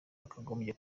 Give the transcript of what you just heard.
yakagombye